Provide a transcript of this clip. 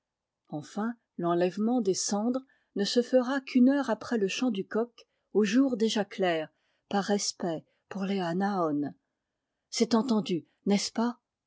enfin l'enlèvement des cendres ne se fera qu une heure après le chant du coq au jour déjà clair par respect pour les anaôn c'est entendu n'est-ce pas